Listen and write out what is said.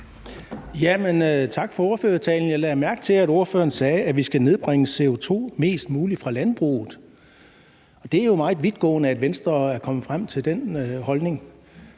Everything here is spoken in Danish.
Tak for ordførertalen. Jeg lagde mærke til, at ordføreren sagde, at vi skal nedbringe CO2-udledningen mest muligt fra landbruget, og det er jo meget vidtgående, at Venstre er kommet frem til den holdning.